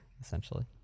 essentially